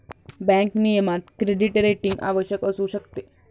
bank नियमनात credit rating आवश्यक असू शकते